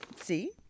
See